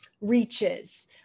reaches